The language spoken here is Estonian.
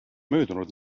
möödunud